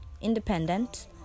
independent